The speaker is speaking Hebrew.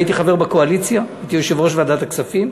הייתי חבר בקואליציה, הייתי יושב-ראש ועדת הכספים,